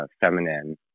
feminine